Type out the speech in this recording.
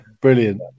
Brilliant